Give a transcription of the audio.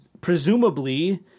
presumably